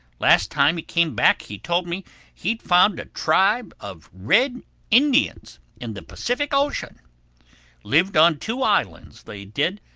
last time he came back he told me he'd found a tribe of red indians in the pacific ocean lived on two islands, they did.